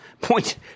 point